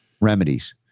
remedies